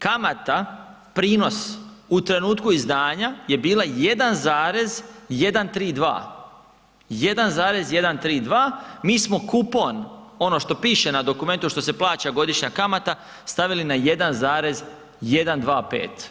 Kamata prinos u trenutku izdanja je bila 1,132, 1,132 mi smo kupon ono što piše na dokumentu što se plaća godišnja kamata stavili na 1,125.